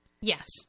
Yes